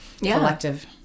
collective